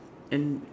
and